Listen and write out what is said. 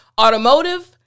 automotive